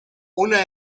una